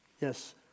Yes